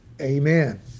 amen